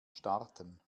starten